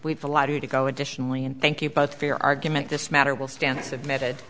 we've allowed you to go additionally and thank you both for your argument this matter will stand submitted